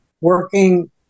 working